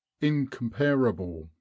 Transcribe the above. incomparable